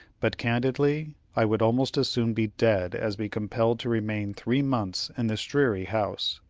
but candidly, i would almost as soon be dead as be compelled to remain three months in this dreary house.